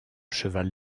cheval